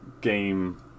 game